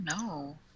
No